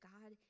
God